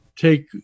take